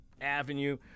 avenue